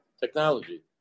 technology